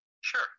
Sure